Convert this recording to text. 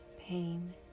Pain